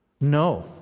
no